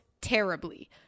terribly